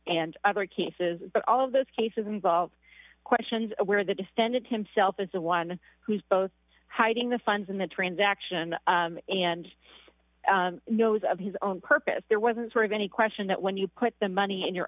and other cases but all of those cases involve questions where the defendant himself is the one who is both hiding the funds in the transaction and knows of his own purpose there wasn't sort of any question that when you put the money in your